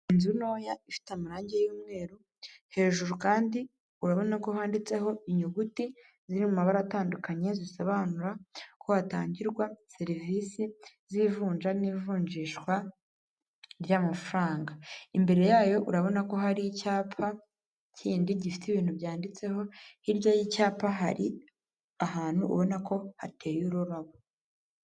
Inzu ntoya ifite amarange y'umweru, hejuru kandi urabona ko handitseho inyuguti ziri mu mabara atandukanye zisobanura ko hatangirwa serivisi z'ivunja n'ivunjishwa ry'amafaranga, imbere yayo urabona ko hari icyapa kindi gifite ibintu byanditseho, hirya y'icyapa hari ahantu ubona ko hateye ururabo.